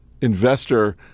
Investor